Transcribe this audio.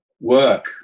work